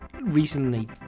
recently